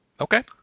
okay